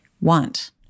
want